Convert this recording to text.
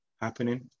happening